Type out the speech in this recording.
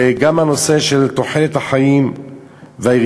וגם הנושא של תוחלת החיים והנושא של